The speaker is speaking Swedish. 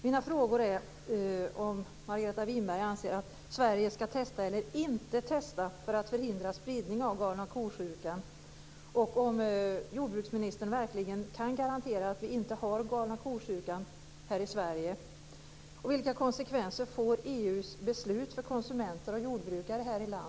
Mina frågor är: Anser Margareta Winberg att Sverige ska testa eller inte testa för att förhindra spridning av galna ko-sjukan?